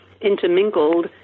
intermingled